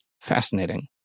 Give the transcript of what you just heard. Fascinating